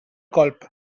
colp